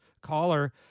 caller